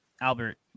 Albert